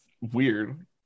weird